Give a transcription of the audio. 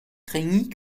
craignit